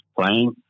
playing